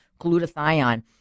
glutathione